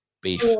beef